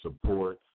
support